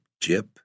Jip